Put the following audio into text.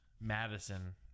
Madison